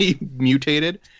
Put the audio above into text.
mutated